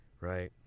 right